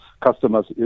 customers